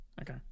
Okay